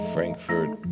Frankfurt